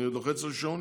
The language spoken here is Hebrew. אני לוחץ על שעונים.